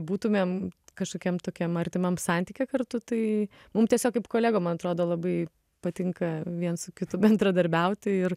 būtumėm kažkokiam tokiam artimam santykyje kartu tai mum tiesiog kaip kolegom man atrodo labai patinka viens su kitu bendradarbiauti ir